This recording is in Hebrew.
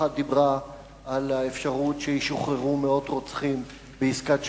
האחת דיברה על האפשרות שישוחררו מאות רוצחים בעסקת שליט,